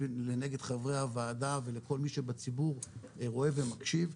לנגד עיני חבר הוועדה ולכל מי שבציבור רואה ומקשיב,